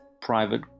private